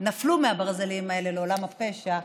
נפלו מהברזלים האלה לעולם הפשע,